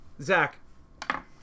zach